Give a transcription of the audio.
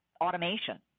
automation